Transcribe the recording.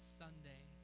sunday